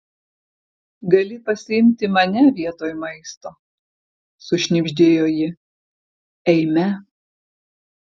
gali pasiimti mane vietoj maisto sušnibždėjo ji eime